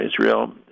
Israel